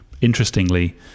Interestingly